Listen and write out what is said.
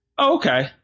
okay